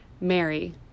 Mary